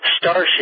Starship